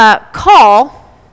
call